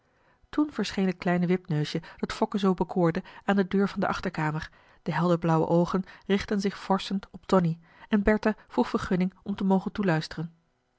verscheen het kleine wipneusje dat fokke zoo bekoorde aan de deur van de achterkamer de helder blauwe oogen richtten zich vorschend op tonie en bertha vroeg vergunning om te mogen toeluisteren